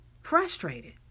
frustrated